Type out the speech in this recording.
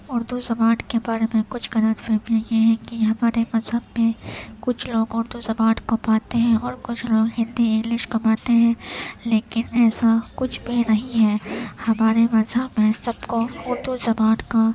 اردو زبان کے بارے میں کچھ غلط فہمی یہ ہے کہ ہمارے مذہب میں کچھ لوگ اردو زبان کو پڑھتے ہیں اور کچھ لوگ ہندی انگلش کو پڑھتے ہیں لیکن ایسا کچھ بھی نہیں ہے ہمارے مذہب میں سب کو اردو زبان کا